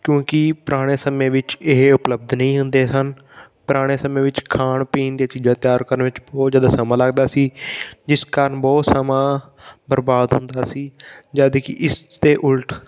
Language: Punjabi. ਕਿਉਂਕਿ ਪੁਰਾਣੇ ਸਮੇਂ ਵਿੱਚ ਇਹ ਉਪਲਲੱਬਧ ਨਹੀਂ ਹੁੰਦੇ ਸਨ ਪੁਰਾਣੇ ਸਮੇਂ ਵਿੱਚ ਖਾਣ ਪੀਣ ਦੀਆਂ ਚੀਜ਼ਾਂ ਤਿਆਰ ਕਰਨ ਵਿੱਚ ਬਹੁਤ ਜ਼ਿਆਦਾ ਸਮਾਂ ਲੱਗਦਾ ਸੀ ਜਿਸ ਕਾਰਣ ਬਹੁਤ ਸਮਾਂ ਬਰਬਾਦ ਹੁੰਦਾ ਸੀ ਜਦੋਂ ਕਿ ਇਸ ਤੋਂ ਉਲਟ